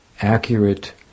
accurate